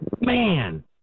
man